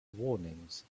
warnings